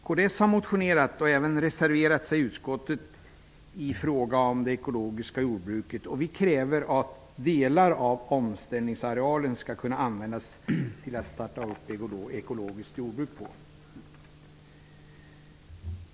Kds har motionerat och även reserverat sig i utskottet i fråga om det ekologiska jordbruket. Vi kräver att delar av omställningsarealen skall kunna användas till att starta ekologiskt jordbruk på.